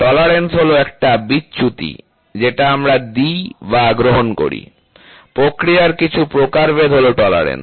tolerance হলো একটা বিচ্যুতি যেটা আমরা দিই বা গ্রহণ করি প্রক্রিয়ার কিছু প্রকারভেদ হল টলারেন্স